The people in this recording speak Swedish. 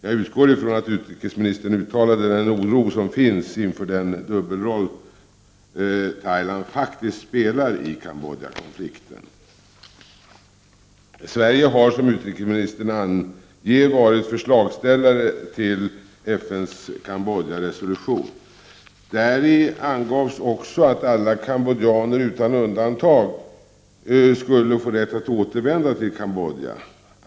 Jag utgår ifrån att utrikesministern uttalade den oro som finns inför den dubbelroll Thailand faktiskt spelar i Kambodjakonflikten. Sverige har, som utrikesministern anger, varit förslagställare till FN:s Kambodjaresolution. Däri angavs även att alla kambodjaner - utan undantag - skulle ha rätt att återvända till Kambodja.